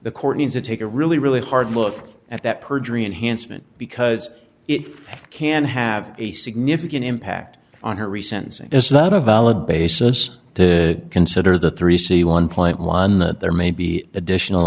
the court needs to take a really really hard look at that perjury and hansen because it can have a significant impact on her recent is that a valid basis to consider the three c one point one that there may be additional